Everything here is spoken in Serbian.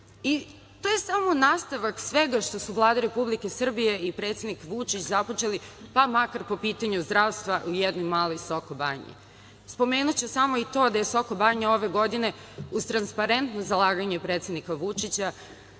To je samo nastavak svega što su Vlada Republike Srbije i predsednik Vučić započeli, pa makar po pitanju zdravstva i jednoj maloj Sokobanji. Spomenuću samo i to da je Sokobanja ove godine uz transparentno zalaganje predsednika Vučića